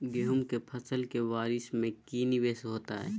गेंहू के फ़सल के बारिस में की निवेस होता है?